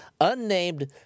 unnamed